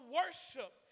worship